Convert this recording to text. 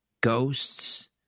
ghosts